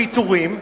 פיטורים,